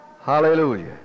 Hallelujah